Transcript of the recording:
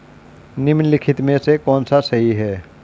निम्नलिखित में से कौन सा सही है?